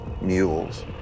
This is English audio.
mules